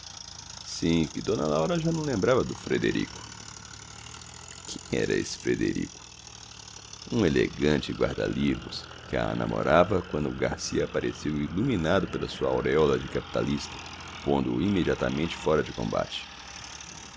sim que d laura já não lembrava do frederico quem era esse frederico um elegante guarda-livros que a namorava quando o garcia apareceu iluminado pela sua auréola de capitalista pondo o imediatamente fora de combate